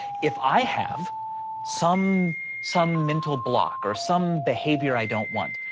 if i have some some mental block or some behavior i don't want.